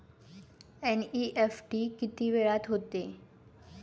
NEFT किती वेळात होते?